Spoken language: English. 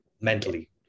mentally